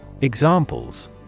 Examples